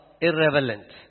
irrelevant